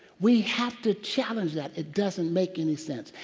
we have to challenge that it doesn't make any sense.